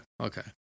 okay